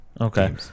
Okay